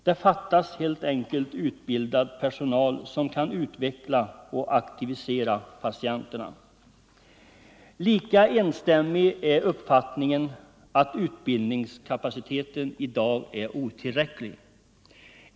Det fattas helt enkelt utbildad personal som kan utveckla och aktivera patienterna. Lika enstämmig är uppfattningen att utbildningskapaciteten i dag är Nr 126 otillräcklig.